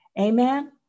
amen